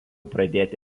pradėti